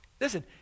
listen